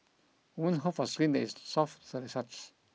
women hope for skin that is soft sorry such